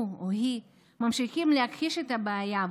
הוא או היא ממשיכים להכחיש את הבעיה,